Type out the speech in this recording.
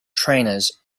trainers